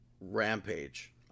rampage